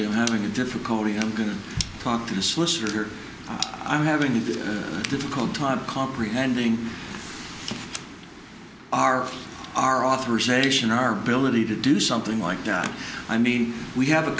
i'm having a difficulty i'm going to talk to the solicitor i'm having a difficult time comprehending are our authorization our ability to do something like that i mean we have a